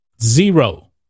Zero